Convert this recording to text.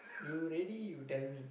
you ready you tell me